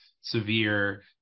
severe